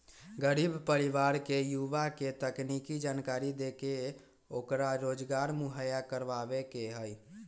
गरीब परिवार के युवा के तकनीकी जानकरी देके ओकरा रोजगार मुहैया करवावे के हई